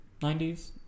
90s